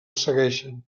segueixen